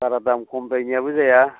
बारा दाम खमद्रायनियाबो जाया